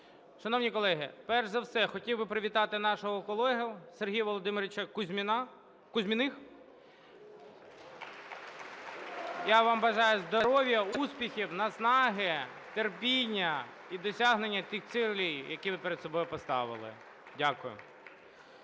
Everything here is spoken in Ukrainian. Шановні колеги, перш за все хотів би привітати нашого колегу Сергія Володимировича Кузьміних. (Оплески) Я вам бажаю здоров'я, успіхів, наснаги, терпіння і досягнення тих цілей, які ви перед собою поставили. Дякую.